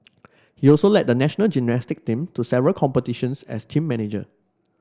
he also led the national gymnastic team to several competitions as team manager